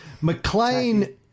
McLean